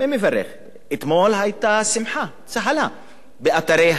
אתמול היתה שמחה, צהלה, באתרי הימין,